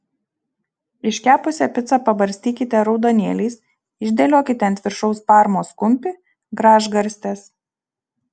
iškepusią picą pabarstykite raudonėliais išdėliokite ant viršaus parmos kumpį gražgarstes